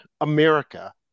America